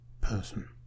person